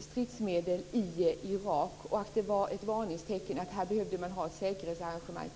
stridsmedel som skedde i Irak. Det var ett varningstecken - här behövde man ha ett säkerhetsarrangemang.